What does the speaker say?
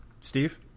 Steve